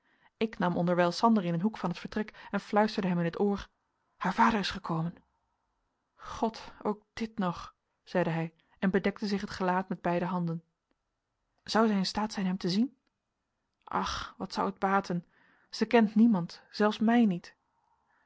ik nam onderwijl sander in een hoek van het vertrek en fluisterde hem in t oor haar vader is gekomen god ook dit nog zeide hij en bedekte zich het gelaat met beide handen zou zij in staat zijn hem te zien ach wat zou het baten zij kent niemand zelfs mij niet